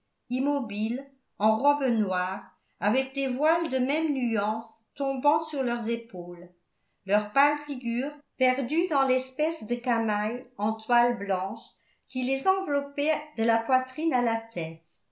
immobiles en robes noires avec des voiles de même nuance tombant sur leurs épaules leur pâle figure perdue dans l'espèce de camail en toile blanche qui les enveloppait de la poitrine à la tête